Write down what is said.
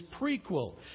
prequel